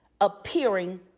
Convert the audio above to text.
appearing